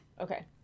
okay